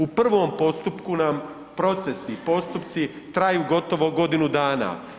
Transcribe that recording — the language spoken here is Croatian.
U prvom postupku nam procesi i postupci traju gotovo godinu dana.